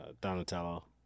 Donatello